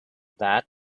that